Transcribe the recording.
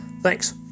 Thanks